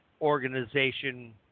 organization